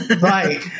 Right